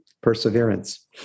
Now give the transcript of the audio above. perseverance